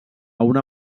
una